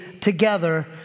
together